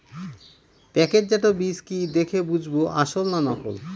প্যাকেটজাত বীজ কি দেখে বুঝব আসল না নকল?